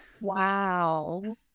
Wow